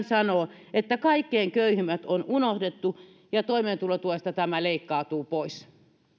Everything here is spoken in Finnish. sanoo että kaikkein köyhimmät on unohdettu ja toimeentulotuesta tämä leikkautuu pois